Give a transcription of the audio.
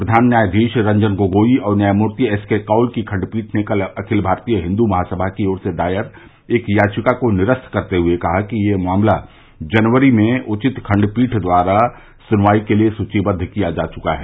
प्रधान न्यायाधीश रंजन गोगोई और न्यायमूर्ति एस के कौल की खण्डपीठ ने कल अखिल भारतीय हिन्दू महासमा की ओर से दायर एक याचिका को निरस्त करते हुए कहा कि यह मामला जनवरी में उचित खण्डपीठ द्वारा सुनवाई के लिए सूचीबद्द किया जा चुका है